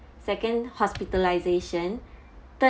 second hospitalization third